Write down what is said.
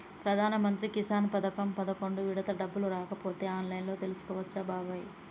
ప్రధానమంత్రి కిసాన్ పథకం పదకొండు విడత డబ్బులు రాకపోతే ఆన్లైన్లో తెలుసుకోవచ్చు బాబాయి